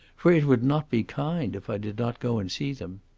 for it would not be kind if i did not go and see them.